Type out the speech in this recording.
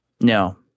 No